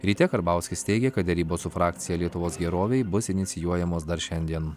ryte karbauskis teigė kad derybos su frakcija lietuvos gerovei bus inicijuojamos dar šiandien